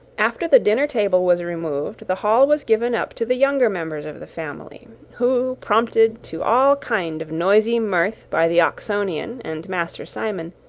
after the dinner-table was removed, the hall was given up to the younger members of the family, who, prompted to all kind of noisy mirth by the oxonian and master simon,